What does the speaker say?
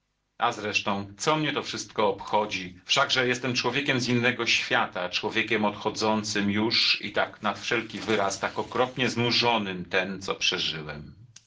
a zresztą co mnie to wszystko obchodzi wszakże jestem człowiekiem z innego świata człowiekiem odchodzącym już i tak nad wszelki wyraz tak okropnie znużonym tem co przeżyłem